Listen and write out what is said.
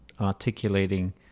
articulating